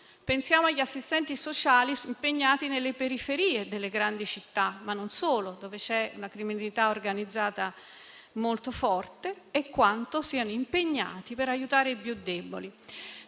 pensiamo agli assistenti sociali impegnati nelle periferie delle grandi città, ma non solo, dove c'è una criminalità organizzata molto forte e quanto siano impegnati per aiutare i più deboli.